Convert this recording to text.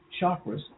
chakras